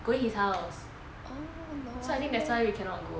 going his house so I think that's why we cannot go